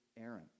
Aaron